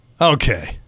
Okay